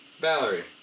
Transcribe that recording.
Valerie